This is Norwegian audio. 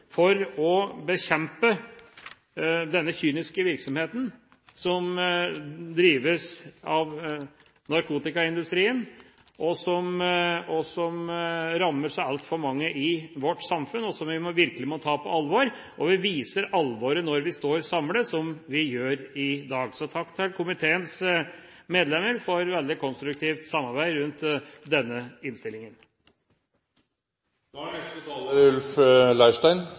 for å bekjempe denne kyniske virksomheten som drives av narkotikaindustrien, og som rammer så altfor mange i vårt samfunn, og som vi virkelig må ta på alvor. Vi viser alvoret når vi står samlet, slik vi gjør i dag. Så takk til komiteens medlemmer for et veldig konstruktivt samarbeid rundt denne